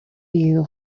you